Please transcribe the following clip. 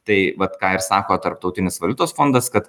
tai vat ką ir sako tarptautinis valiutos fondas kad